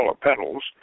petals